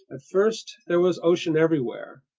at first there was ocean everywhere.